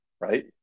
right